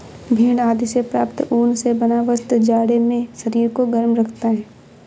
भेड़ आदि से प्राप्त ऊन से बना वस्त्र जाड़े में शरीर को गर्म रखता है